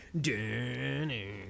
Danny